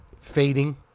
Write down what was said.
fading